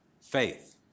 faith